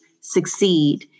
succeed